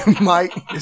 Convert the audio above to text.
Mike